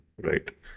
right